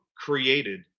created